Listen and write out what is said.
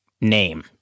name